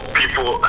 people